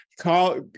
call